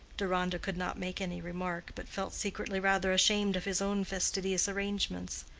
deronda could not make any remark, but felt secretly rather ashamed of his own fastidious arrangements.